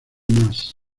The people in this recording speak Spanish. mas